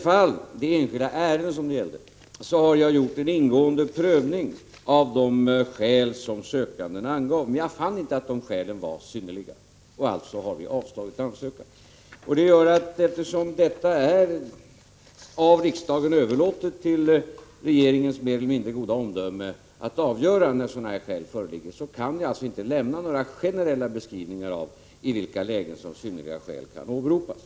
I det enskilda ärende det här gäller har jag gjort en ingående prövning av de skäl som sökanden angav, men jag finner inte att de skälen var synnerliga, och alltså har vi avslagit ansökan. Eftersom det är av riksdagen överlåtet till regeringen att med sitt mer eller mindre goda omdöme avgöra när sådana här skäl föreligger, kan vi inte lämna några generella beskrivningar av i vilka lägen som synnerliga skäl kan åberopas.